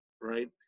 right